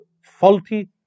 faulty